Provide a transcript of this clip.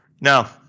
Now